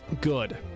Good